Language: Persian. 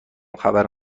خبر